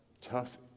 tough